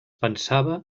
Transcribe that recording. pensava